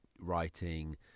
writing